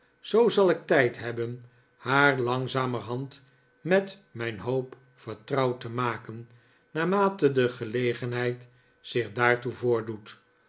zoo zal ik tijd hebben haar langzamerhand met mijn hoop vertrouwd te maken naarihate de gelegenheid zich daartoe voordoet